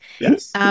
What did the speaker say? Yes